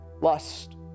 Lust